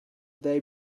they